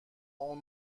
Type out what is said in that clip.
اون